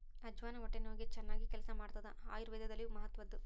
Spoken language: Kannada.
ಅಜ್ವಾನ ಹೊಟ್ಟೆ ನೋವಿಗೆ ಚನ್ನಾಗಿ ಕೆಲಸ ಮಾಡ್ತಾದ ಆಯುರ್ವೇದದಲ್ಲಿಯೂ ಮಹತ್ವದ್ದು